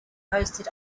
posted